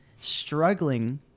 struggling